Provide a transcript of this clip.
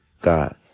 God